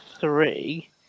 three